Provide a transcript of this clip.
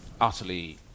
utterly